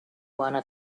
wanna